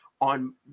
on